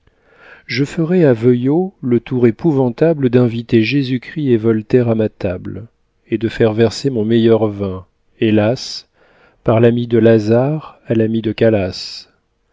je ferais à veuillot le tour épouvantable d'inviter jésus-christ et voltaire à ma table et de faire verser mon meilleur vin hélas par l'ami de lazare à l'ami de calas